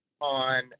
on